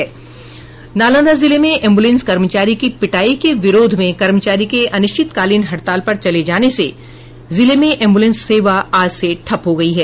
नालंदा जिले में एब्रलेंस कर्मचारी की पिटाई के विरोध मे कर्मचारियों के अनिश्चितकालीन हड़ताल पर चले जाने से जिले मे एबुलेंस सेवा आज से ठप्प हो गयी है